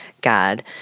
God